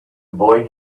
boy